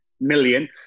million